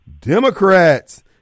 Democrats